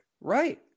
right